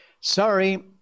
sorry